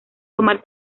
tomar